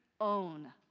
own